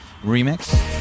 remix